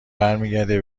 برمیگرده